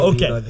Okay